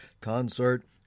concert